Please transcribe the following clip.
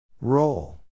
Roll